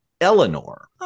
Eleanor